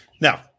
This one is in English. Now